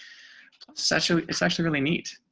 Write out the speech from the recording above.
such it's actually really neat.